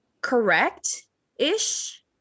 correct-ish